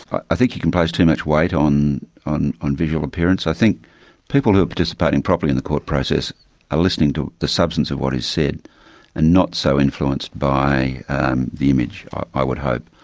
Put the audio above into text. i i think you can place too much weight on on visual appearance. i think people who are participating properly in the court process are listening to the substance of what is said and not so influenced by the image, i would hope.